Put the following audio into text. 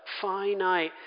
finite